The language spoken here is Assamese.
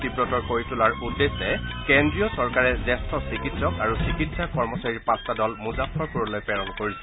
তীৱতৰ কৰি তোলাৰ উদ্দেশ্যে কেন্দ্ৰীয় চৰকাৰে জ্যেষ্ঠ চিকিৎসক আৰু চিকিৎসা কৰ্মচাৰীৰ পাঁচটা দল মুজাফ্ফৰপুৰলৈ প্ৰেৰণ কৰিছে